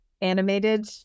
animated